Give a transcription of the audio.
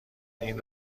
این